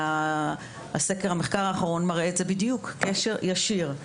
המחקר האחרון מראה קשר ישיר.